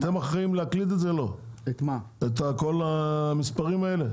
אתם אחראים להקליד את כל המספרים האלה?